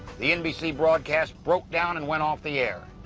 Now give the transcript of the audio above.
the nbc broadcast broke down and went off the air.